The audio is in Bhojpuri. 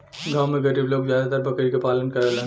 गांव में गरीब लोग जादातर बकरी क पालन करलन